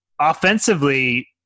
offensively